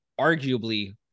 arguably